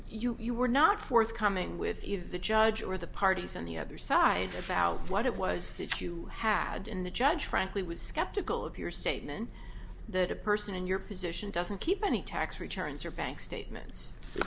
you you were not forthcoming with either the judge or the parties on the other side about what it was that you had in the judge frankly was skeptical of your statement that a person in your position doesn't keep any tax returns or bank statements